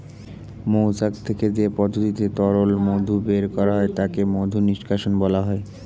মৌচাক থেকে যে পদ্ধতিতে তরল মধু বের করা হয় তাকে মধু নিষ্কাশণ বলা হয়